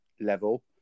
level